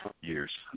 years